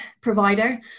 provider